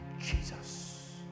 Jesus